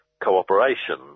cooperation